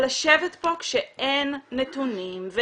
לשבת פה כשאין נתונים,